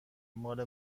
مال